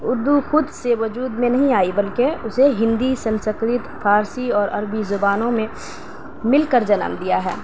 اردو خود سے وجود میں نہیں آئی بلکہ اسے ہندی سنسکرت فارسی اور عربی زبانوں نے مل کر جنم دیا ہے